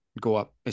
go-up